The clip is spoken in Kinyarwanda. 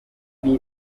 uyu